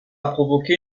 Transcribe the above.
provoqué